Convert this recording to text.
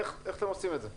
איך אתם עושים את זה?